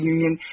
Union